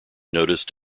noticed